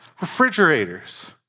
Refrigerators